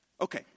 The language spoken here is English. Okay